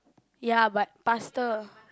ya but pastor